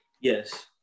Yes